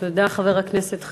תודה, חבר הכנסת חנין.